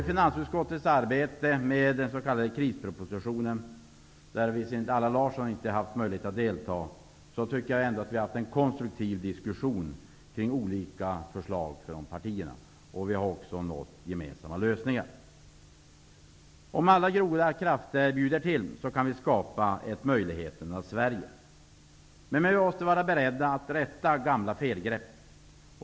krispropositionen - där Allan Larsson visserligen inte har haft möjlighet att delta - har vi fört en konstruktiv diskussion om olika förslag från partierna. Vi har också nått gemensamma lösningar. Om alla goda krafter bjuder till kan vi skapa ett möjligheternas Sverige. Vi måste vara beredda att rätta gamla felgrepp.